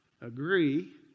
agree